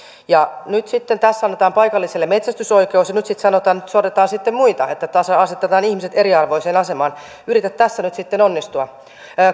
ja paikallisia sorrettiin nyt tässä annetaan paikallisille metsästysoikeus ja nyt sitten sanotaan että sorretaan muita että asetetaan ihmiset eriarvoiseen asemaan yritä tässä nyt sitten onnistua